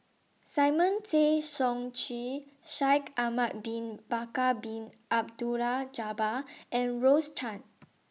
Simon Tay Seong Chee Shaikh Ahmad Bin Bakar Bin Abdullah Jabbar and Rose Chan